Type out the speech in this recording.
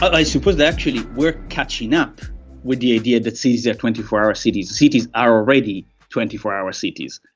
i suppose actually we are catching up with the idea that cities are twenty four hour cities. cities are already twenty four hour cities.